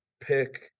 pick